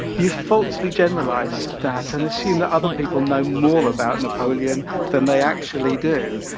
you falsely generalize that and assume that other people know more about napoleon than they actually do.